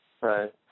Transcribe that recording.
right